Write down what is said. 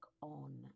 on